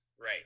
right